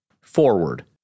forward